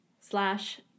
slash